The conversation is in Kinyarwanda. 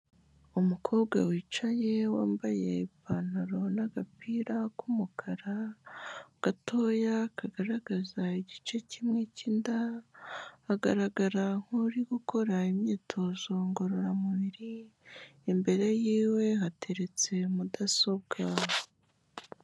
Umukobwa wicaye wambaye ipantaro n'agapira k'umukara gatoya kagaragaza igice kimwe cy'inda, agaragara nk'uri gukora imyitozo ngororamubiri, imbere y'iwe hateretse mudasobwa.